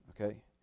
okay